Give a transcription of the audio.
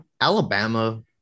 Alabama